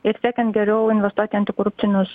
ir siekiant geriau investuoti antikorupcinius